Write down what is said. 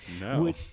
no